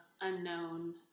unknown